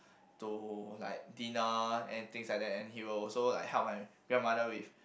to like dinner and things like that and he will also help my grandmother with